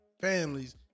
families